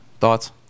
thoughts